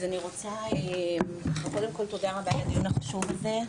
אז אני רוצה קודם כל תודה רבה על הדיון החשוב הזה,